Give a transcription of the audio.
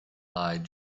lied